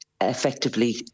effectively